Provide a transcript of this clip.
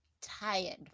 tired